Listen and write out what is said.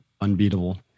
unbeatable